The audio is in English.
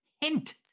Hint